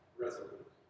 resolute